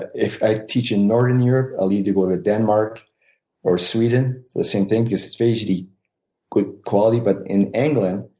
if i teach in northern europe, i'll either go to denmark or sweden for the same thing, because it's fairly good quality. but in england,